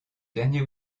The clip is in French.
dernier